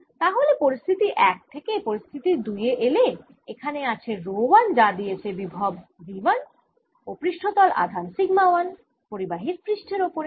তাহলে পরিস্থিতি 1 থেকে পরিস্থিতি 2 এ এলে এখানে আছে রো 1 যা দিয়েছে বিভব V 1 ও পৃষ্ঠতল আধান সিগমা 1 পরিবাহীর পৃষ্ঠের ওপর